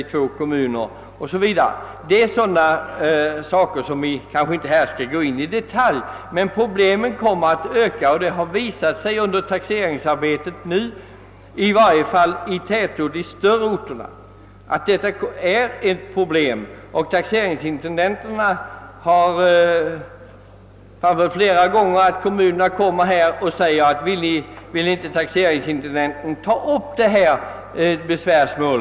Vi kan väl inte här gå in i detalj på dessa saker, men man kan konstatera att dessa problem kommer att öka. Det har visat sig under taxeringsarbetet att detta är fallet i de större tätorterna redan nu och är ett problem. Taxeringsintendenter har flera gånger anfört att det förekommit att kommuner anhållit att taxeringsintendenten skall ta upp sådana besvärsmål.